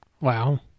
Wow